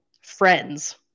Friends